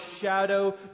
shadow